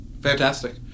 Fantastic